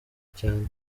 cyane